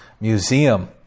museum